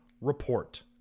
report